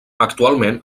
actualment